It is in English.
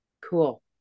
Cool